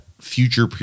future